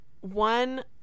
One